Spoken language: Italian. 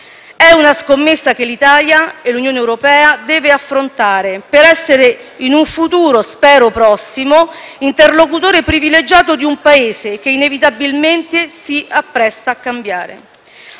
È una scommessa che l'Italia e l'Unione europea devono affrontare, per essere in un futuro, spero prossimo, interlocutore privilegiato di un Paese che, inevitabilmente, si appresta a cambiare.